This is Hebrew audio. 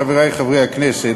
חברי חברי הכנסת,